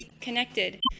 connected